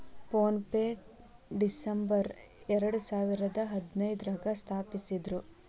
phone ಪೆನ December ಎರಡಸಾವಿರದ ಹದಿನೈದ್ರಾಗ ಸ್ಥಾಪಿಸಿದ್ರು